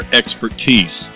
expertise